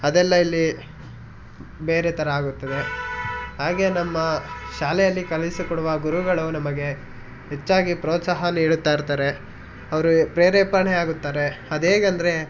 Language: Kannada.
ಅದೆಲ್ಲ ಇಲ್ಲಿ ಬೇರೆ ಥರ ಆಗುತ್ತದೆ ಹಾಗೇ ನಮ್ಮ ಶಾಲೆಯಲ್ಲಿ ಕಲಿಸಿಕೊಡುವ ಗುರುಗಳು ನಮಗೆ ಹೆಚ್ಚಾಗಿ ಪ್ರೋತ್ಸಾಹ ನೀಡುತ್ತಾ ಇರ್ತಾರೆ ಅವರು ಪ್ರೇರೇಪಣೆ ಆಗುತ್ತಾರೆ ಅದು ಹೇಗೆಂದ್ರೆ